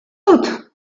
dut